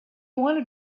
wanted